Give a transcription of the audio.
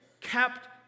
Kept